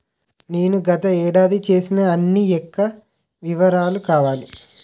నేను గత ఏడాది చేసిన అన్ని యెక్క వివరాలు కావాలి?